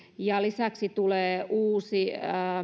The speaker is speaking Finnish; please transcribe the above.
ja lisäksi tulee uusi